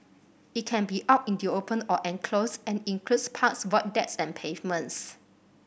it can be out in the open or enclosed and includes parks void decks and pavements